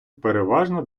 переважно